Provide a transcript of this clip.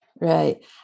Right